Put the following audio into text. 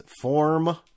form